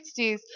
60s